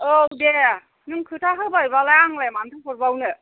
औ दे नों खोथा होबायबालाय आंलाय मानोथो हरबावनो